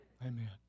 Amen